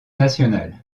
nationale